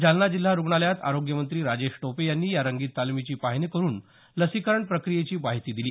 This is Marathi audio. जालना जिल्हा रुग्णालयात आरोग्यमंत्री राजेश टोपे यांनी या रंगीत तालिमीची पाहणी करून लसीकरण प्रक्रियेची माहिती दिली